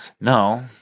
No